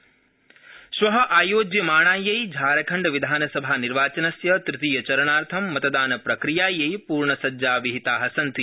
झारखण्ड निर्वाचनम् श्व आयोज्यमाणायै झारखण्डविधानसभानिर्वाचनस्य तृतीय चरणार्थं मतदानप्रकियायै पूर्णसज्जा विहिता सन्ति